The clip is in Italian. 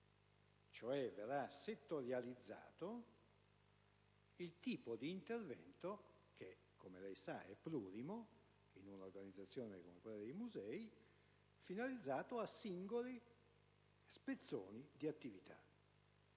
che verrà settorializzato l'intervento - che come lei sa è plurimo, in un'organizzazione come quella dei musei - finalizzato a singoli spezzoni di attività.